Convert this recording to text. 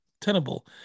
tenable